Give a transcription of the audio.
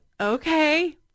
okay